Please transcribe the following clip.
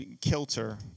kilter